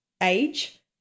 age